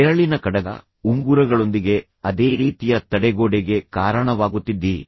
ಬೆರಳಿನ ಕಡಗ ಉಂಗುರಗಳೊಂದಿಗೆ ಅದೇ ರೀತಿಯ ತಡೆಗೋಡೆಗೆ ಕಾರಣವಾಗುತ್ತಿದ್ದೀರಿ